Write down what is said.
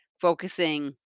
focusing